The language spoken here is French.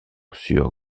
sur